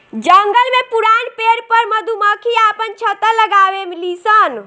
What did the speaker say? जंगल में पुरान पेड़ पर मधुमक्खी आपन छत्ता लगावे लिसन